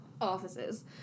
offices